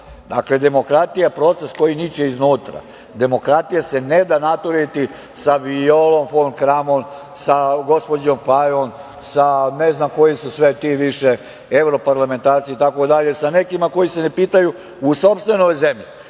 Dakle, demokratija je proces koji niče iznutra, demokratija se ne da naturiti sa Violom fon Kramon, sa gospođom Fajon, ne znam koji su sve ti više evroparalmentarci itd, sa nekima koji se ne pitaju u sopstvenoj zemlji. Oni